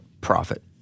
profit